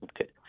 Okay